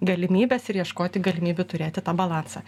galimybes ir ieškoti galimybių turėti tą balansą